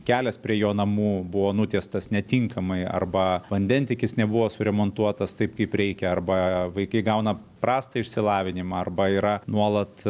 kelias prie jo namų buvo nutiestas netinkamai arba vandentiekis nebuvo suremontuotas taip kaip reikia arba vaikai gauna prastą išsilavinimą arba yra nuolat